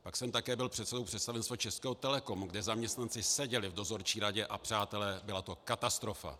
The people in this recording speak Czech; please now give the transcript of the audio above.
Pak jsem také byl předsedou představenstva Českého Telecomu, kde zaměstnanci seděli v dozorčí radě, a přátelé, byla to katastrofa.